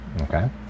Okay